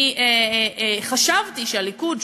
אני חשבתי שהליכוד,